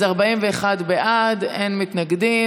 אז 41 בעד, אין מתנגדים.